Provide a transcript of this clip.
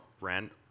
rent